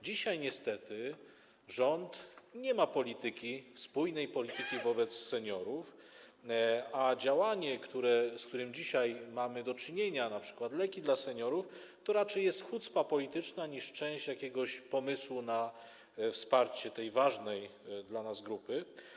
Dzisiaj niestety rząd nie ma polityki, spójnej polityki wobec seniorów, a działanie, z którym dzisiaj mamy do czynienia, np. leki dla seniorów, to raczej jest hucpa polityczna niż część jakiegoś pomysłu na wsparcie tej ważnej dla nas grupy.